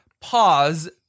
pause